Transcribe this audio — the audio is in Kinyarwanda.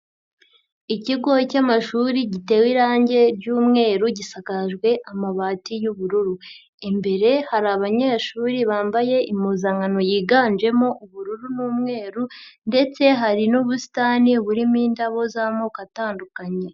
Ikigo cy'amashuri gitewe irange ry'umweru gisikajwe amabati y'ubururu, imbere hari abanyeshuri bambaye impuzankano yiganjemo ubururu n'umweru ndetse hari n'ubusitani burimo indabo z'amoko atandukanye.